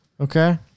okay